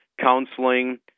counseling